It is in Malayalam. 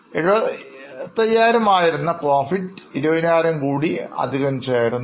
75000 ആയിരുന്ന Profit 20000 കൂടി അധികം ചേരുന്നു